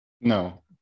No